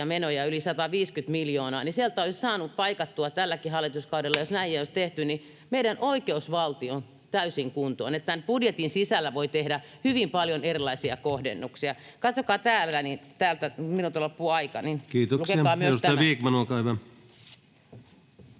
menoja, yli 150 miljoonaa, niin sillä olisi saanut paikattua tälläkin hallituskaudella, jos näin olisi tehty, meidän oikeusvaltio täysin kuntoon — että tämän budjetin sisällä voi tehdä hyvin paljon erilaisia kohdennuksia. Katsokaa täältä. [Näyttää paperia] Minulta loppuu